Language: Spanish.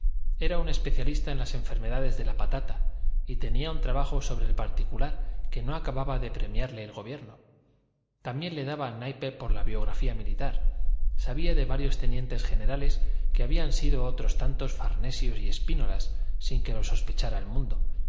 era un especialista en las enfermedades de la patata y tenía un trabajo sobre el particular que no acababa de premiarle el gobierno también le daba el naipe por la biografía militar sabía de varios tenientes generales que habían sido otros tantos farnesios y spínolas sin que lo sospechara el mundo